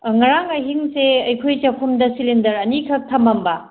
ꯉꯔꯥꯡ ꯑꯍꯤꯡꯁꯦ ꯑꯩꯈꯣꯏ ꯆꯥꯛꯈꯨꯝꯗ ꯁꯤꯂꯤꯟꯗꯔ ꯑꯅꯤꯈꯛ ꯊꯝꯃꯝꯕ